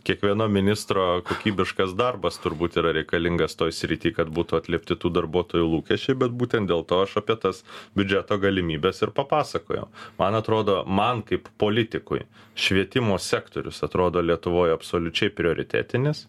kiekvieno ministro kokybiškas darbas turbūt yra reikalingas toj srity kad būtų atliepti tų darbuotojų lūkesčiai bet būtent dėl to aš apie tas biudžeto galimybes ir papasakojau man atrodo man kaip politikui švietimo sektorius atrodo lietuvoj absoliučiai prioritetinis